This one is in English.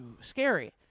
scary